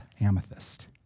amethyst